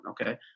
okay